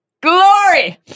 glory